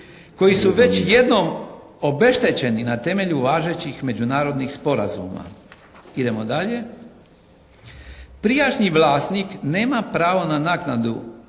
koji su već jednom obeštećeni na temelju važećih međunarodnih sporazuma. Prijašnji vlasnik nema pravo na naknadu,